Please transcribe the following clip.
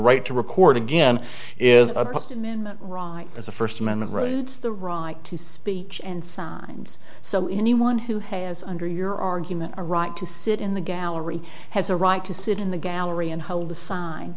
right to record again is opposed and then right as a first amendment rights the right to speech and signs so anyone who has under your argument a right to sit in the gallery has a right to sit in the gallery and hold a sign